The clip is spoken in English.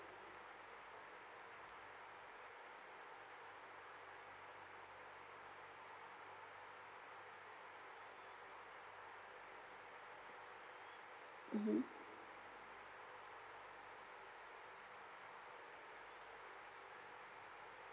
mmhmm